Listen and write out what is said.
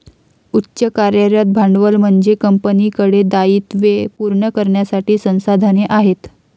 उच्च कार्यरत भांडवल म्हणजे कंपनीकडे दायित्वे पूर्ण करण्यासाठी संसाधने आहेत